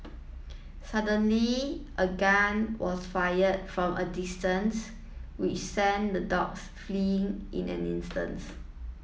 suddenly a gun was fired from a distance which sent the dogs fleeing in an instance